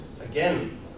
again